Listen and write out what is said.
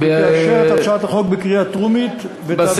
לאשר את הצעת החוק בקריאה טרומית ולהעביר